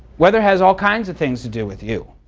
weather has all kinds of things to do with you.